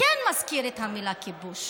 שכן מזכיר את המילה כיבוש.